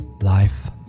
life